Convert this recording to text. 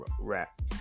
rap